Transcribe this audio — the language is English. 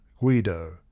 Guido